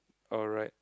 alright